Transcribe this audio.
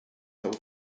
held